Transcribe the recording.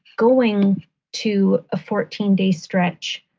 going to a fourteen day stretch,